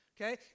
okay